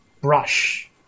brush